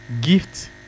gift